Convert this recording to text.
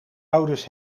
ouders